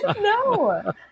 No